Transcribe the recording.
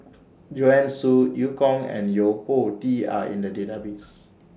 Joanne Soo EU Kong and Yo Po Tee Are in The Database